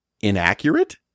inaccurate